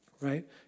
Right